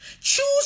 Choose